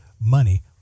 money